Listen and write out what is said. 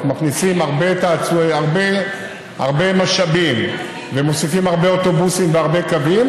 אנחנו מכניסים הרבה משאבים ומוסיפים הרבה אוטובוסים והרבה קווים,